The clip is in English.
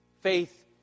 Faith